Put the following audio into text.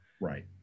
right